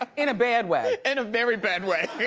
um in a bad way. in a very bad way.